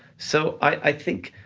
so i think,